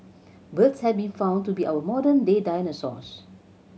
birds have been found to be our modern day dinosaurs